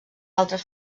altres